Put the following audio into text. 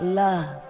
love